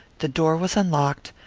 the door was unlocked,